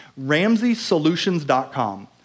RamseySolutions.com